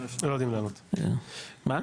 אני